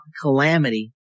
calamity